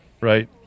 Right